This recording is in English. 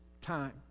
time